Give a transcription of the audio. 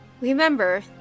Remember